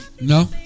No